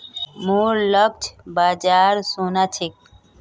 मोर लक्ष्य बाजार सोना छोक